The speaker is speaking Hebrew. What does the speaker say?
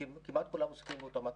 וכמעט כולם עוסקים באותה מטריה.